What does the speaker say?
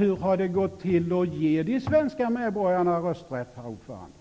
Hur har det då gått till att ge de utlandsboende svenska medborgarna rösträtt, herr ordförande?